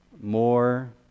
more